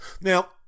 Now